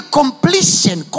completion